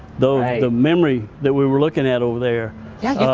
the the memory that we were looking at over there yeah,